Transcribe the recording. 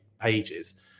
pages